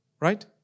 right